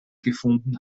gefunden